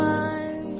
one